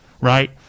right